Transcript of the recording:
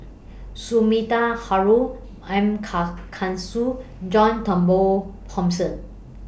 Sumida Haruzo M John Turnbull Thomson